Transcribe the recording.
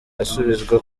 asubizwa